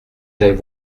j’aille